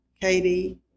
Katie